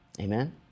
Amen